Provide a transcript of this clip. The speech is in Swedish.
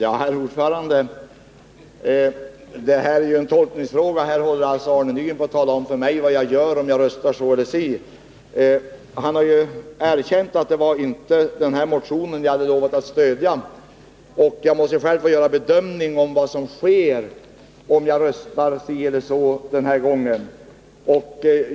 Herr talman! Detta är en tolkningsfråga. Arne Nygren talar om för mig vad jag gör om jag röstar si eller så. Han har erkänt att jag inte lovat att stödja den här motionen. Jag måste själv få göra en bedömning av vad som sker om jag röstar si eller så den här gången.